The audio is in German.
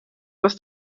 was